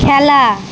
খেলা